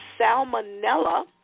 salmonella